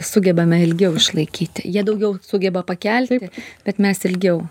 sugebame ilgiau išlaikyti jie daugiau sugeba pakelti bet mes ilgiau